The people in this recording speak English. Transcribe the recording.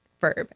verb